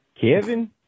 Kevin